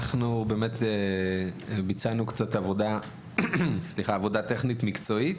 אנחנו ביצענו קצת עבודה טכנית מקצועית.